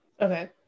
Okay